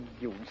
use